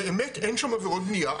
באמת אין שם עבירות בניה,